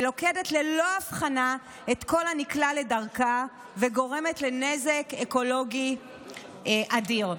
לוכדת ללא הבחנה את כל הנקלע לדרכה וגורמת לנזק אקולוגי אדיר.